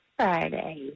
Friday